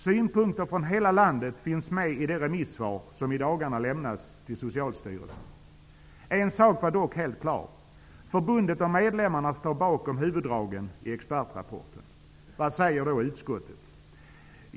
Synpunkter från hela landet finns med i det remissvar som i dagarna lämnas till Socialstyrelsen. En sak var dock helt klar: Förbundet och medlemmarna står bakom huvuddragen i expertrapporten. Vad säger då utskottet?